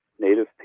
native